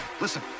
Listen